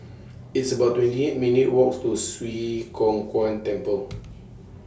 It's about twenty eight minutes' Walk to Swee Kow Kuan Temple